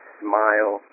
smile